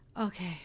Okay